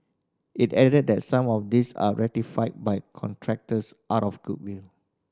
it added that some of these are rectified by contractors out of goodwill